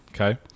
Okay